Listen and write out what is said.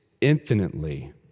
infinitely